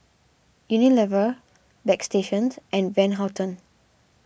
Unilever Bagstationz and Van Houten